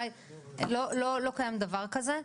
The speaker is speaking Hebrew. לא קיים דבר כזה.